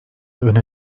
öne